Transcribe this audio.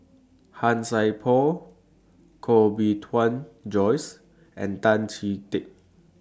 Han Sai Por Koh Bee Tuan Joyce and Tan Chee Teck